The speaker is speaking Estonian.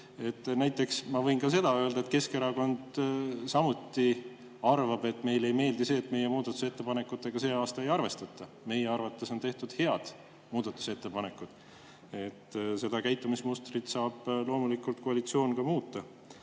Ja ma võin ka seda öelda, et Keskerakond samuti arvab, et meile ei meeldi, et meie muudatusettepanekutega see aasta ei arvestata. Meie arvates on tehtud head muudatusettepanekud. Seda käitumismustrit saab loomulikult koalitsioon ka muuta.